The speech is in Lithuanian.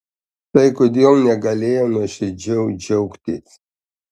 tai kodėl negalėjau nuoširdžiau džiaugtis